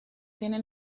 tiene